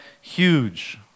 huge